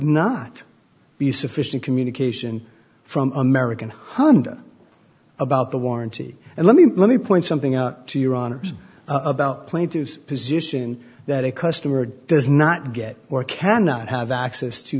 not be sufficient communication from american hunder about the warranty and let me let me point something out to your honor's about plaintiff's position that a customer does not get or cannot have access to